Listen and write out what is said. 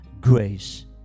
grace